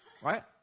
right